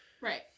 Right